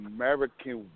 American